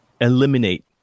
Eliminate